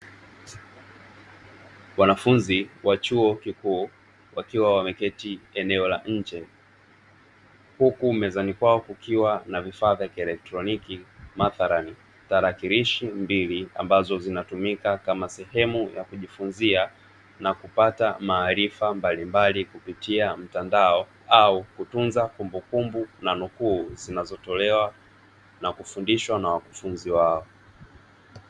Wanafunzi wa chuo kikuu wakiwa wameketi eneo la nje, huku mezani kwao kukiwa na vifaa vya kielektroniki; mathalani tarakilishi mbili ambazo zinatumika kama sehemu ya kujifunza na kupata maarifa mbalimbali kupitia mtandao au kutunza kumbukumbu na nukuu zinazotolewa na kufundishwa na wakufunzi wao.